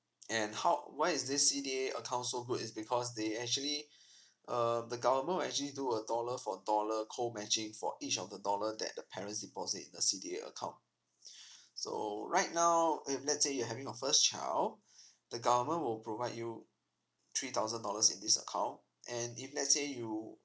and how why is this cda account so good is because they actually uh the government actually do a dollar for dollar co matching for each of the dollar that parents deposit a cda account so right now if let's say you're having your first child the government will provide you three thousand dollars in this account and if let's say you